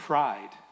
Pride